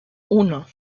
uno